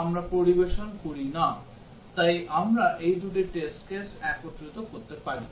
আমরা পরিবেশন করি না তাই আমরা এই দুটি টেস্ট কেস একত্রিত করতে পারি